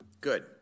good